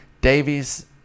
Davies